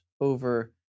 over